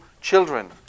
children